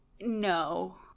No